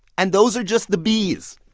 and those are just the b's.